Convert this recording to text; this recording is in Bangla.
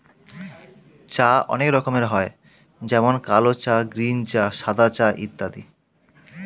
চা অনেক রকমের হয় যেমন কালো চা, গ্রীন চা, সাদা চা ইত্যাদি